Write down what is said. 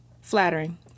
flattering